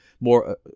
more